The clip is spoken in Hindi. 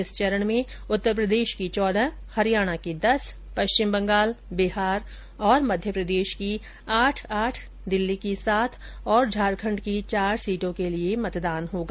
इस चरण में उत्तर प्रदेश की चौदह हरियाणा की दस पश्चिम बंगाल बिहार और मध्यप्रदेश की आठ आठ दिल्ली की सात और झारखंड की चार सीटों के लिए मतदान होगा